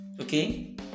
Okay